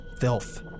filth